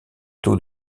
taux